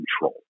control